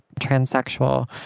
transsexual